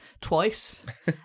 twice